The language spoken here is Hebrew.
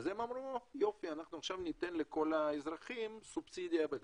אמרו שעכשיו ניתן לכל האזרחים סובסידיה בגז.